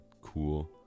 cool